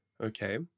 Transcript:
okay